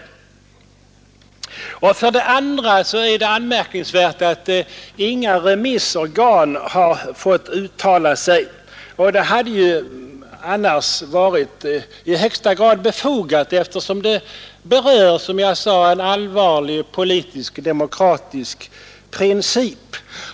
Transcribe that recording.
Dessutom är det anmärkningsvärt att inga remissorgan har fått uttala sig. Det hade ju annars varit i högsta grad befogat, eftersom frågan, som jag sade, berör en allvarlig politisk, demokratisk princip.